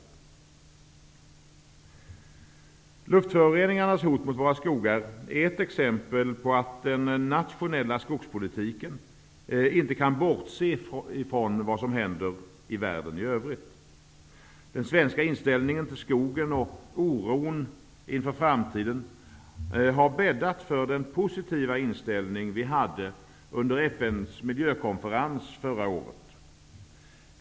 Det hot mot våra skogar som luftföroreningarna utgör är ett exempel på att det i den nationella skogspolitiken inte kan bortses från vad som händer i världen i övrigt. Den svenska inställningen till skogen och oron inför framtiden har bäddat för den positiva inställning som vi hade under FN:s miljökonferens förra året.